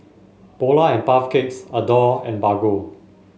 Polar and Puff Cakes Adore and Bargo